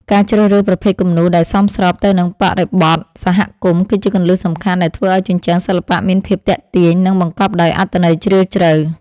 ការជ្រើសរើសប្រភេទគំនូរដែលសមស្របទៅនឹងបរិបទសហគមន៍ គឺជាគន្លឹះសំខាន់ដែលធ្វើឱ្យជញ្ជាំងសិល្បៈមានភាពទាក់ទាញ និងបង្កប់ដោយអត្ថន័យជ្រាលជ្រៅ។